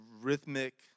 rhythmic